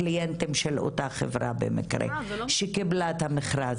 קליינטים של אותה חברה שקיבלה את המכרז.